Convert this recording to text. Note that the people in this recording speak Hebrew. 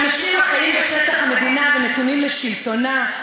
אנשים חיים בשטח המדינה ונתונים לשלטונה.